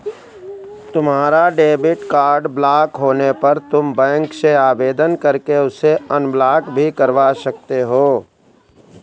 तुम्हारा debit card block होने पर तुम बैंक से आवेदन करके उसे अनब्लॉक भी करवा सकते हो